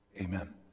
amen